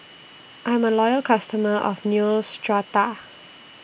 I'm A Loyal customer of Neostrata